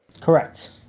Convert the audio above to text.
Correct